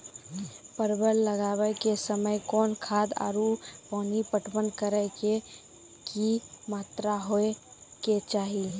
परवल लगाबै के समय कौन खाद आरु पानी पटवन करै के कि मात्रा होय केचाही?